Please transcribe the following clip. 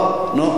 טוב, נו.